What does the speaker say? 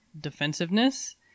defensiveness